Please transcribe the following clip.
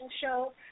show